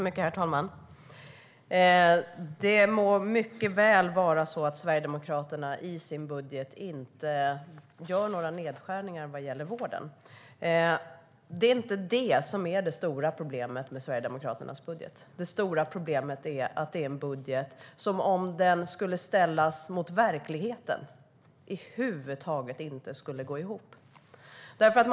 Herr talman! Det må mycket väl vara så att Sverigedemokraterna i sin budgetmotion inte gör några nedskärningar när det gäller vården. Det är inte det som är det stora problemet med Sverigedemokraternas budget, utan det stora problemet är att det är en budget som över huvud taget inte skulle gå ihop om den ställdes mot verkligheten.